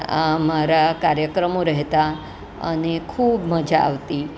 અમારા કાર્યક્રમો રહેતા અને ખૂબ મજા આવતી